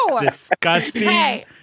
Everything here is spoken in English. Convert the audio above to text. disgusting